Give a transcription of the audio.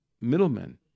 middlemen